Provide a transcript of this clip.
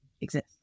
exist